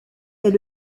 est